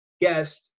guest